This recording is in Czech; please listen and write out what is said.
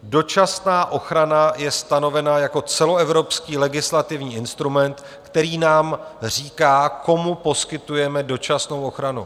Dočasná ochrana je stanovená jako celoevropský legislativní instrument, který nám říká, komu poskytujeme dočasnou ochranu.